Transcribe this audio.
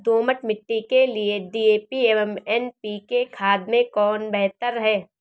दोमट मिट्टी के लिए डी.ए.पी एवं एन.पी.के खाद में कौन बेहतर है?